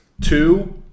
two